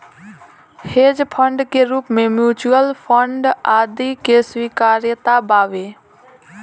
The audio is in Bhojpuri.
हेज फंड के रूप में म्यूच्यूअल फंड आदि के स्वीकार्यता बावे